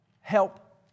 help